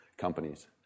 companies